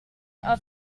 are